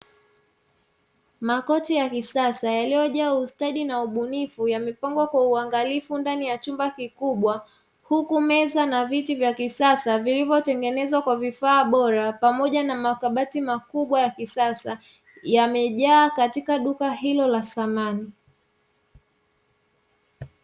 Makochi ya kisasa yaliyojaa ustadi na ubunifu, yamepangwa kwa uangalifu ndani ya chumba kikubwa. Huku meza na viti vya kisasa vilivyotengezwa kwa vifaa bora pamoja na makabati makubwa ya kisasa yamejaa katika duka hilo la samani.